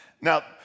Now